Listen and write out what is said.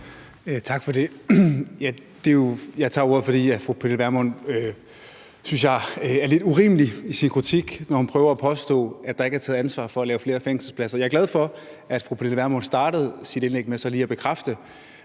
Tak for det. Jeg tager ordet, fordi fru Pernille Vermund, synes jeg, er lidt urimelig i sin kritik, når hun prøver at påstå, er der ikke er taget ansvar for at lave flere fængselspladser. Jeg er glad for, at fru Pernille Vermund startede sit indlæg med så lige at bekræfte